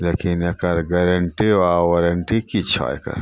लेकिन एकर गारन्टी वा वारन्टी कि छऽ एकर